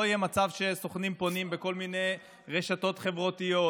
לא יהיה מצב שסוכנים פונים בכל מיני רשתות חברתיות,